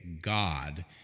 God